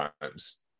times